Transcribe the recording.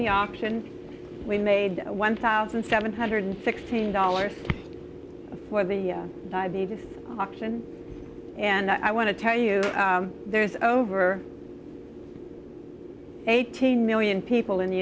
the auction we made one thousand seven hundred sixteen dollars for the diabetes auction and i want to tell you there's over eighteen million people